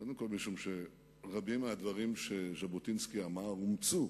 קודם כול משום שרבים מהדברים שז'בוטינסקי אמר אומצו